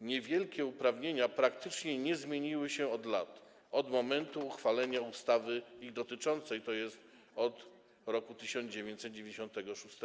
niewielkie uprawnienia praktycznie nie zmieniły się od lat, czyli od momentu uchwalenia ustawy ich dotyczącej, tj. od roku 1996.